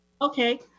okay